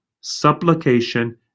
supplication